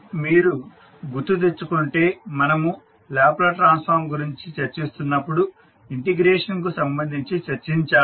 మీరు గుర్తు తెచ్చుకుంటే మనము లాప్లాస్ ట్రాన్స్ఫార్మ్ గురించి చర్చిస్తున్నప్పుడు ఇంటిగ్రేషన్ కు సంబంధించి చర్చించాము